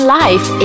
life